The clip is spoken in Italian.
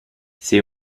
sei